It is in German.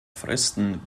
fristen